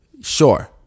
sure